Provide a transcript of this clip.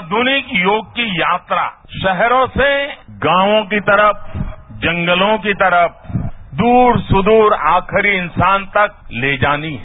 आधुनिक योग की यात्रा शहरों से गांवों की तरफ जंगलों की तरफ दूर सुदूर आखिरी इंसान तक ले जानी है